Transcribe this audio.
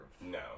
No